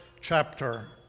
chapter